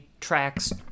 Tracks